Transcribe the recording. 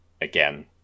Again